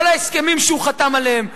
כל ההסכמים שהוא חתם עליהם,